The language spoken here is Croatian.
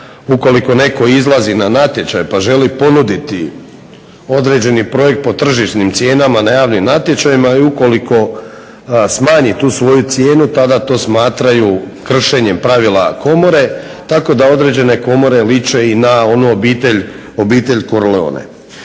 ukoliko netko izlazi na natječaj pa želi ponuditi određeni projekt po tržišnim cijenama na javnim natječajima i ukoliko smanji tu svoju cijenu tada to smatraju kršenjem pravila komore tako da određene komore liče i na onu obitelj Corleone.